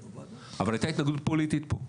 אבל הייתה התנגדות פוליטית פה.